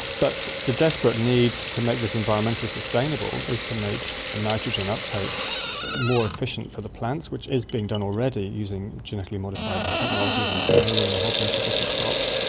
but the desperate need to make this environmentally sustainable is to make the nitrogen uptake more efficient for the plants, which is being done already using genetically modified technologies in canola and a whole bunch of different crops.